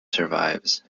survives